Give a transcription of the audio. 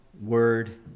Word